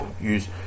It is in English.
use